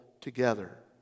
together